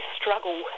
struggle